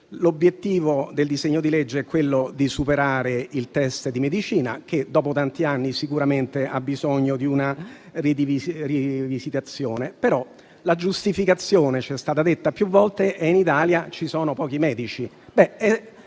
L'obiettivo del disegno di legge è superare il test di medicina che, dopo tanti anni, sicuramente ha bisogno di una rivisitazione. Però, la giustificazione che ci è stata detta più volte è che in Italia ci sono pochi medici.